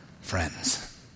Friends